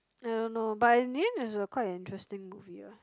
I don't know but in the end is a quite an interesting movie ah